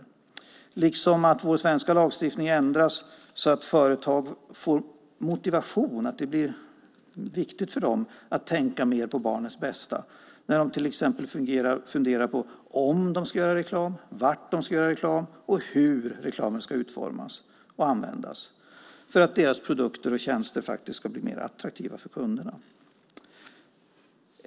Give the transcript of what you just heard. Den skulle också kunna verka för att vår svenska lagstiftning ändras så att företag får motivation och det blir viktigt för dem att tänka mer på barnens bästa när de till exempel funderar på om de ska göra reklam, var de ska göra reklam och hur reklamen ska utformas och användas för att deras produkter och tjänster ska bli mer attraktiva för kunderna.